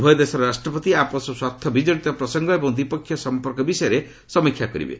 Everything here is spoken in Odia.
ଉଭୟ ଦେଶର ରାଷ୍ଟ୍ରପତି ଆପୋଷ ସ୍ୱାର୍ଥ ବିଜଡ଼ିତ ପ୍ରସଙ୍ଗ ଏବଂ ଦ୍ୱିପକ୍ଷୀୟ ସମ୍ପର୍କ ବିଷୟରେ ସମୀକ୍ଷା କରିବେ